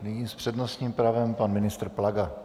Nyní s přednostním právem pan ministr Plaga.